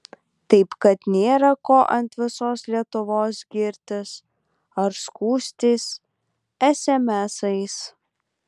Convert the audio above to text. taip kad nėra ko ant visos lietuvos girtis ar skųstis esemesais